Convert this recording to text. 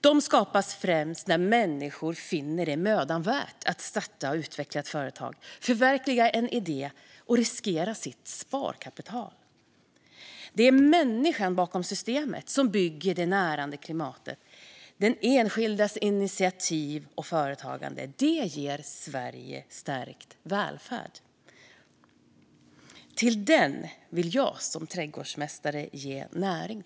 De skapas främst när människor finner det mödan värt att starta och utveckla ett företag, förverkliga en idé och riskera sitt sparkapital. Det är människan bakom systemet som bygger det närande klimatet. Den enskildas initiativ och företagande ger Sverige stärkt välfärd. Till den vill jag som trädgårdsmästare ge näring.